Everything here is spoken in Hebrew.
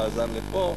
הוא עזר לפה,